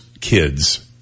kids